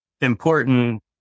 important